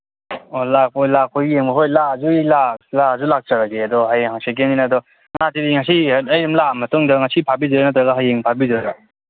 ꯑꯣ ꯂꯥꯛꯄ ꯌꯦꯡꯕ ꯍꯣꯏ ꯂꯥꯛꯑꯁꯨ ꯂꯥꯛꯆꯔꯒꯦ ꯑꯗꯣ ꯍꯌꯦꯡ ꯍꯥꯡꯆꯤꯠꯀꯤꯅꯤꯅ ꯑꯗꯣ ꯉꯥꯁꯤꯗꯤ ꯉꯁꯤ ꯑꯩ ꯑꯗꯨꯝ ꯂꯥꯛꯑ ꯃꯇꯨꯡꯗ ꯉꯁꯤ ꯐꯥꯕꯤꯗꯣꯏꯔꯥ ꯅꯠꯇ꯭ꯔꯒ ꯍꯌꯦꯡ ꯐꯥꯕꯤꯗꯣꯏꯔꯣ